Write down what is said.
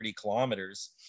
kilometers